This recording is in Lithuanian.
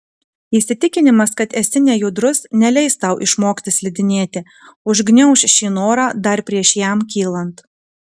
įsitikinimas kad esi nejudrus neleis tau išmokti slidinėti užgniauš šį norą dar prieš jam kylant